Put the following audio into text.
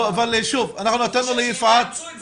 אנחנו נתנו ליפעת --- הוא חושב שאם יאמצו את זה,